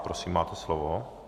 Prosím, máte slovo.